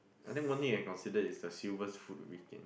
I think one thing I consider is the silvers food weekend